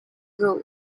role